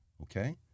Okay